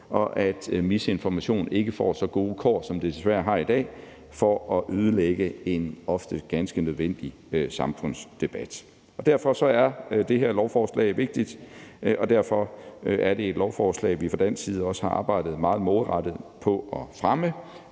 og at misinformation ikke får så gode kår, som den desværre har i dag, i forhold til at ødelægge en ofte ganske nødvendig samfundsdebat. Derfor er det her lovforslag vigtigt, og derfor er det et lovforslag, som vi fra dansk side også har arbejdet meget målrettet på at fremme,